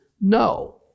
no